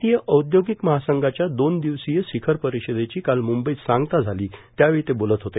भारतीय औद्योगिक महासंघाच्या दोन दिवसीय शिखर परिषदेची काल म्ंबईत सांगता झाली त्यावेळी ते बोलत होते